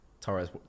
Torres